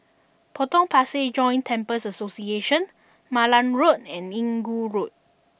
Potong Pasir Joint Temples Association Malan Road and Inggu Road